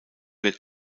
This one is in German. wird